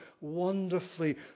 wonderfully